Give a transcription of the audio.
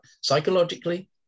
psychologically